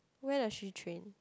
where does she train